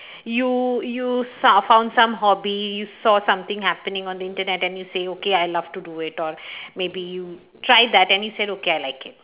you you sort of found some hobbies saw something happening on the internet then you say okay I love to do it all maybe you tried that then you said okay I like it